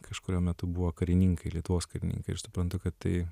kažkuriuo metu buvo karininkai lietuvos karininkai ir suprantu kad tai